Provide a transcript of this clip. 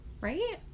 right